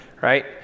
right